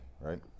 right